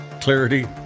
clarity